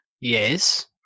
Yes